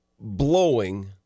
blowing